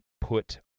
put